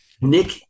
Nick